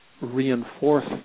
reinforce